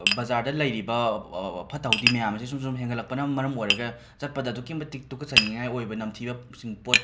ꯕꯖꯥꯔꯗ ꯂꯩꯔꯤꯕ ꯐꯠꯇ ꯍꯥꯎꯊꯤ ꯃꯌꯥꯝ ꯑꯁꯤ ꯁꯨꯝ ꯁꯨꯝ ꯍꯦꯟꯒꯠꯂꯛꯄꯅ ꯃꯔꯝ ꯑꯣꯏꯔꯒ ꯆꯠꯄꯗ ꯑꯗꯨꯛꯀꯤ ꯃꯇꯤꯛ ꯇꯨꯀꯠꯆꯅꯤꯡꯉꯥꯏ ꯑꯣꯏꯕ ꯅꯝꯊꯤꯕꯁꯤꯡ ꯄꯣꯠ